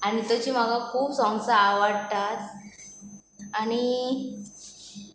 आनी तशी म्हाका खूब सोंग्सां आवडटात आनी